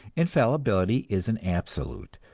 infallibility is an absolute,